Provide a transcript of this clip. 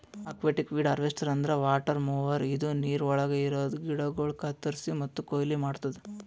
aquatic weed harvester ಅಂದ್ರ water mower ಇದು ನೀರವಳಗ್ ಇರದ ಗಿಡಗೋಳು ಕತ್ತುರಸಿ ಮತ್ತ ಕೊಯ್ಲಿ ಮಾಡ್ತುದ